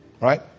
Right